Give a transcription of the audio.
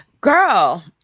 girl